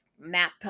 map